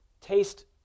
Taste